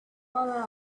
laughed